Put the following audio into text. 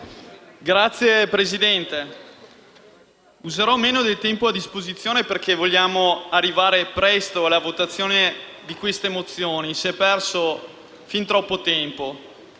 Signor Presidente, userò meno del tempo a disposizione perché vogliamo arrivare presto alla votazione di queste mozioni. Si è perso fin troppo tempo.